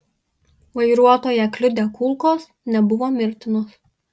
vairuotoją kliudę kulkos nebuvo mirtinos